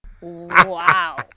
Wow